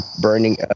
burning